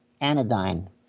anodyne